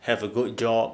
have a good job